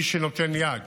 מי שנותן יד